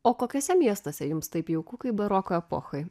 o kokiuose miestuose jums taip jauku kaip baroko epochoj